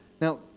Now